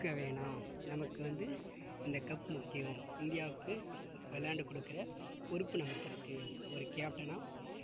பார்க்க வேணாம் நமக்கு வந்து இந்த கப்பு முக்கியம் இந்தியாவுக்கு விளையாண்டு கொடுக்குற பொறுப்பு நமக்கு இருக்கு ஒரு கேப்டனாக